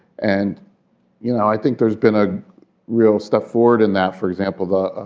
and you know i think there's been a real step forward in that. for example, the